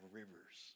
rivers